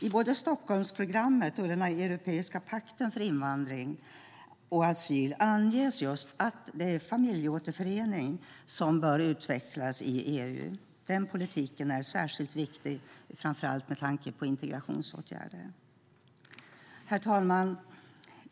I både Stockholmsprogrammet och den europeiska pakten för invandring och asyl anges att det är just familjeåterförening som bör utvecklas inom EU. Den politiken är särskilt viktig framför allt med tanke på integrationsåtgärder. Herr talman!